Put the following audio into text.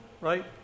right